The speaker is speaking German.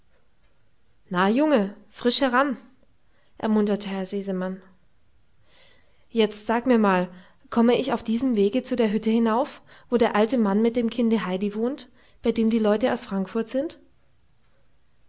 na junge frisch heran ermunterte herr sesemann jetzt sag mir mal komme ich auf diesem wege zu der hütte hinauf wo der alte mann mit dem kinde heidi wohnt bei dem die leute aus frankfurt sind